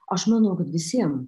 aš manau kad visiem